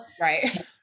right